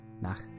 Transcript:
nach